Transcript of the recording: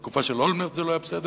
בתקופה של אולמרט זה לא היה בסדר,